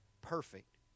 perfect